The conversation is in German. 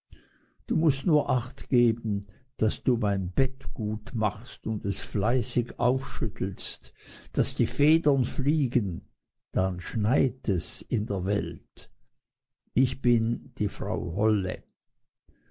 du mußt nur acht geben daß du mein bett gut machst und es fleißig aufschüttelst daß die federn fliegen dann schneit es in der welt ich bin die frau holle